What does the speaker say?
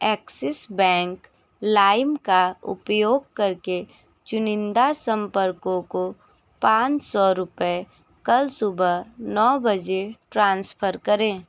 axis Bank Lime का उपयोग करके चुनिंदा संपर्कों को पाँच सौ रुपये कल सुबह नौ बजे ट्रांसफ़र करें